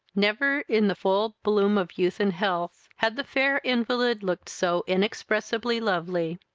never, in the full bloom of youth and health, had the fair invalid looked so inexpressibly lovely.